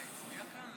55. ההצעה לא